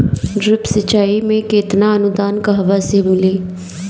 Drip सिंचाई मे केतना अनुदान कहवा से मिली?